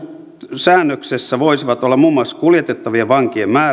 säännöksessä voisivat olla muun muassa kuljetettavien vankien määrä